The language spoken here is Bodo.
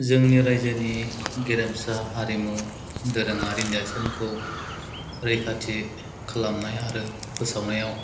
जोंनि रायजोनि गेरेमसा हारिमु दोरोङारि नेर्सोनखौ रैखाथि खालामनाय आरो फोसावनायाव